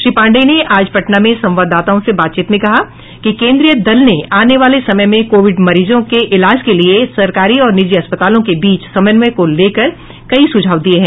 श्री पांडेय ने आज पटना में संवाददाताओं से बातचीत में कहा कि केन्द्रीय दल ने आने वाले समय में कोविड मरीजों के इलाज के लिये सरकारी और निजी अस्पतालों के बीच समन्वय को लेकर कई सुझाव दिये हैं